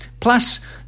Plus